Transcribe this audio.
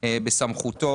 בסמכותו